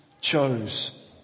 chose